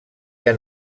han